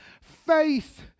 faith